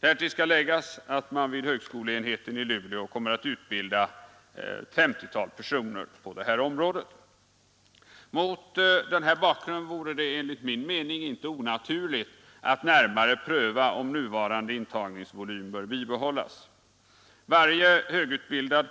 Därtill skall läggas att man vid högskoleenheten i Luleå kommer att utbilda ett femtiotal personer på detta område. Mot denna bakgrund vore det enligt min mening inte onaturligt att närmare pröva om nuvarande intagningsvolym bör bibehållas. Varje högutbildad